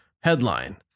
headline